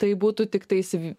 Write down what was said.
tai būtų tiktais v